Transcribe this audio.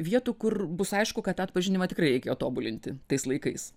vietų kur bus aišku kad tą atpažinimą tikrai reikėjo tobulinti tais laikais